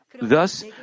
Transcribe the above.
Thus